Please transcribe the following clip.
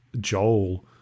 Joel